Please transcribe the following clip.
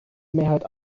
mehrheit